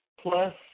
plus